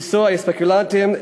מיסוי ספקולנטים,